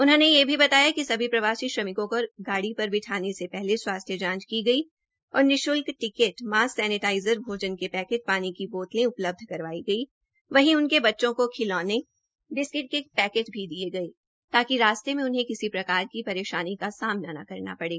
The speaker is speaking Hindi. उन्होंने यह भी बताया कि सभी प्रवासी श्रमिकों को गाड़ी पर बिठाने से पहले स्वास्थ्य जांच की गई और निश्ल्क टिकट मास्क सैनीटाईजर भोजन के पैकेट पानी की बोतले उपलब्ध करवाई गई वहीं उनके बच्चों को खिलौने बिस्क्ट के पैकेट भी दिये गये ताकि रास्ते में उन्हें किसी प्रकार की परेशानी का सामना न करना पड़े